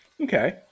Okay